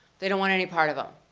they don't want any part of them.